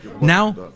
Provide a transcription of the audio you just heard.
Now